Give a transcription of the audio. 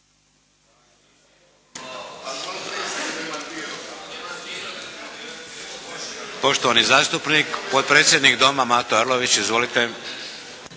Poštovani zastupnik potpredsjednik Doma Mato Arlović. Izvolite.